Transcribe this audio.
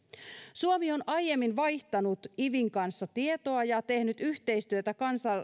suomi on aiemmin vaihtanut ivin kanssa tietoa ja tehnyt yhteistyötä